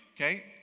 okay